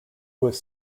was